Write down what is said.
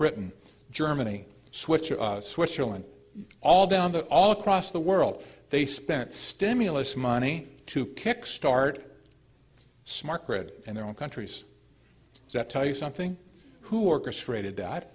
britain germany switch switzerland all down to all across the world they spent stimulus money to kick start smart grid in their own countries that tell you something who orchestrated